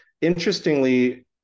Interestingly